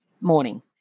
Morning